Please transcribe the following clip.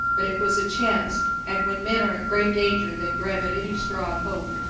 but it was a chance and when men are in great danger they grab at any straw of hope.